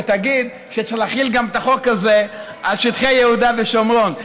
ותגיד שצריך להחיל גם את החוק הזה על שטחי יהודה ושומרון.